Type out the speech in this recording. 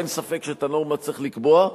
אין ספק שאת הנורמה צריך לקבוע.